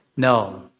No